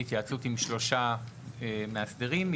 בהתייעצות עם שלושה מאסדרים,